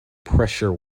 pressure